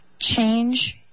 change